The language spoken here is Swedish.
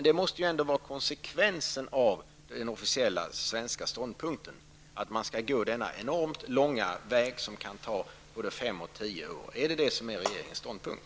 Detta måste ju ändå vara konsekvensen av den officiella svenska ståndpunkten. Att man skall gå denna enormt långa väg som kan ta både fem och tio år. Är det detta som är regeringens ståndpunkt?